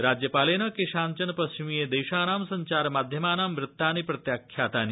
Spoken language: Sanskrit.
राज्यपालेन केषांचन पश्चिमीय देशानां सब्चारमाध्यमानां वृत्तानि प्रत्याख्यातानि